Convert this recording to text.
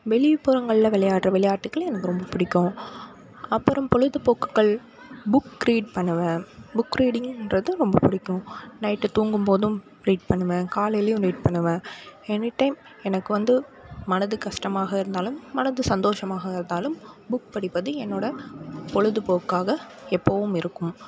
வெளிப்புறங்களில் விளையாடுகிற விளையாட்டுக்கள் எனக்கு ரொம்ப பிடிக்கும் அப்புறம் பொழுதுபோக்குகள் புக் ரீட் பண்ணுவேன் புக் ரீடிங்குன்றது ரொம்ப பிடிக்கும் நைட்டு தூங்கும்போதும் ரீட் பண்ணுவேன் காலைலையும் ரீட் பண்ணுவேன் எனி டைம் எனக்கு வந்து மனது கஷ்டமாக இருந்தாலும் மனது சந்தோசமாக இருந்தாலும் புக் படிப்பது என்னோட பொழுதுபோக்காக எப்போவும் இருக்கும்